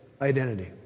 identity